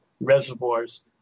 reservoirs